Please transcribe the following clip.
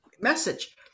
message